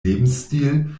lebensstil